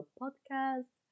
podcast